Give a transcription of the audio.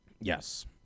Yes